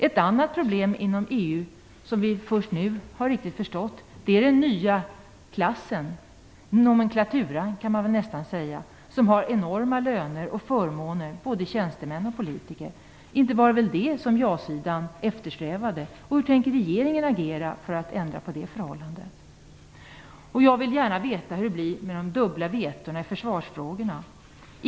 Ett annat EU-problem som vi först nu har riktigt förstått gäller den nya klassen - nomenklaturan, skulle man väl kunna kalla den - som har enorma löner och förmåner; det gäller både tjänstemän och politiker. Inte var det väl det som ja-sidan eftersträvade, och hur tänker regeringen agera för att ändra på det förhållandet? Jag vill också gärna veta hur det blir med de dubbla vetona i försvarsfrågorna.